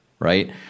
right